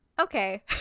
okay